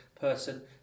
person